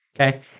okay